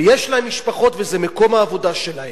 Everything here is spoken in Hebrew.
ויש להם משפחות, וזה מקום העבודה שלהם.